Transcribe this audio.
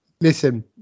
Listen